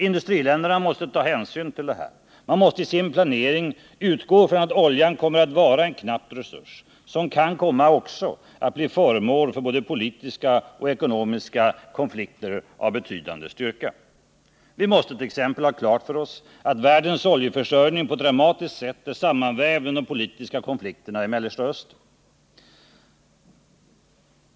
Industriländerna måste ta hänsyn till det här och i sin planering utgå ifrån att oljan kommer att vara en knapp resurs, som också kan komma att bli föremål för både politiska och ekonomiska konflikter av betydande styrka. Vi måste t.ex. ha klart för oss att världens oljeförsörjning på ett dramatiskt sätt är sammanvävd med de politiska konflikterna i Mellersta Östern.